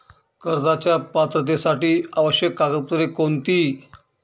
कर्जाच्या पात्रतेसाठी आवश्यक कागदपत्रे कोणती?